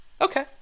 Okay